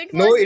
no